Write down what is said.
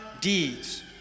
deeds